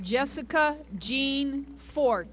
jessica jean for